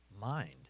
mind